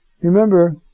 Remember